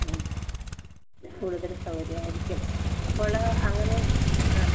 ഉം കൂടുതല് സൗകര്യമായിരിക്കും അപ്പോള് അങ്ങനെ ആ